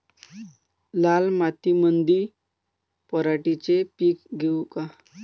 लाल मातीमंदी पराटीचे पीक घेऊ का?